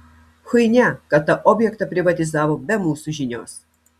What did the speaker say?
chuinia kad tą objektą privatizavo be mūsų žinios